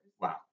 Wow